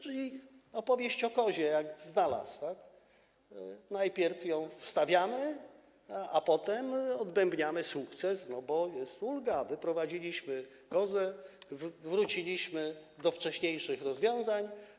Czyli opowieść o kozie jak znalazł - najpierw ją wstawiamy, a potem odtrąbiamy sukces, bo jest ulga, wyprowadziliśmy kozę, wróciliśmy do wcześniejszych rozwiązań.